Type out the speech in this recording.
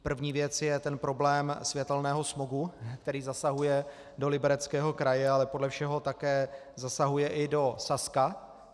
První věc je ten problém světelného smogu, který zasahuje do Libereckého kraje, ale podle všeho také zasahuje i do Saska.